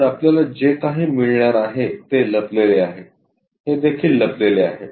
तर आपल्याला जे काही मिळणार आहे ते लपलेले आहे हे देखील लपलेले आहे